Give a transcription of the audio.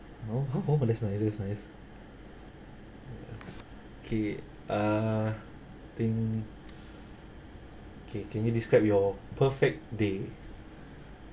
oh that's nice that's nice ya okay uh I think okay can you describe your perfect day